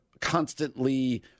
constantly